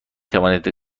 توانید